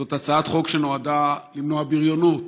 זאת הצעת חוק שנועדה למנוע בריונות.